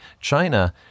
China